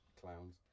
clowns